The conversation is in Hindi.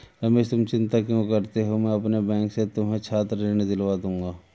रमेश तुम चिंता क्यों करते हो मैं अपने बैंक से तुम्हें छात्र ऋण दिलवा दूंगा